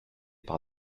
par